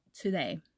today